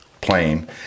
plane